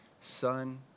Son